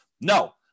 no